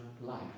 life